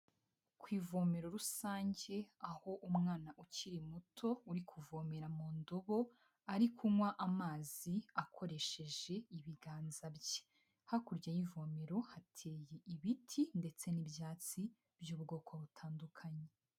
Ku ivomero rusange aho umwana ukiri muto uri kuvomera mu ndobo, ari kunywa amazi akoresheje ibiganza bye; hakurya y'ivomero hateye ibiti ndetse n'ibyatsi by'ubwoko butandukanye.